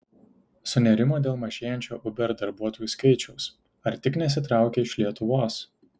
sunerimo dėl mažėjančio uber darbuotojų skaičiaus ar tik nesitraukia iš lietuvos